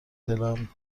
دلم